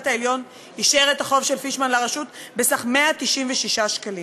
העליון אישר את החוב של פישמן לרשות בסך 196 מיליון שקל.